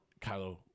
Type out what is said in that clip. Kylo